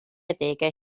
adegau